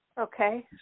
Okay